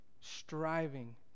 striving